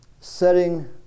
setting